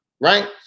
right